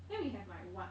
then we have like [what]